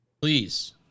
Please